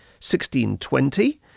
1620